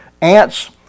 ants